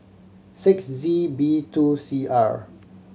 six Z B two C R